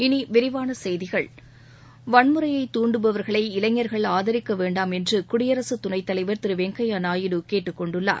இனி விரிவான செய்திகள் வன்முறையை தூன்டுபவர்களை இளைஞர்கள் ஆதரிக்க வேண்டாம் என்று குடியரசுத் துணைத்தலைவர் திரு வெங்கையா நாயுடு கேட்டுக்கொண்டுள்ளார்